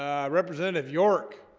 ah representative york